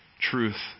truth